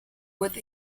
with